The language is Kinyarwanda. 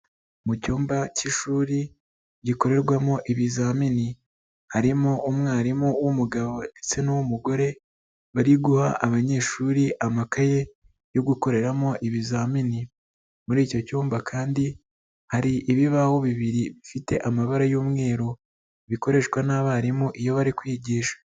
Mu cyumba cy'ishuri, gikorerwamo ibizamini, harimo umwarimu w'umugabo ndetse n'uw'umugore, bari guha abanyeshuri amakaye yo gukoreramo ibizamini. Muri icyo cyumba kandi hari ibibaho bibiri bifite amabara y'umweru, bikoreshwa n'abarimu iyo bari kwigisha.